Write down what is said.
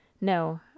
No